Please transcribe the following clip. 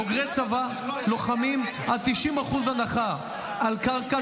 בוגרי צבא, לוחמים, עד 90% הנחה על קרקע.